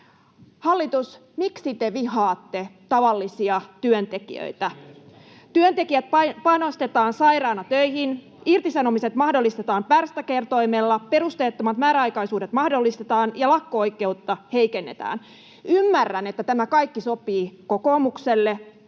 Hallitus, miksi te vihaatte tavallisia työntekijöitä? Työntekijät painostetaan sairaana töihin, irtisanomiset mahdollistetaan pärstäkertoimella, perusteettomat määräaikaisuudet mahdollistetaan ja lakko-oikeutta heikennetään. Ymmärrän, että tämä kaikki sopii kokoomukselle,